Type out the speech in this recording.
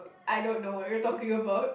I don't know what you're talking about